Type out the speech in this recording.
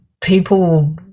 people